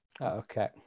Okay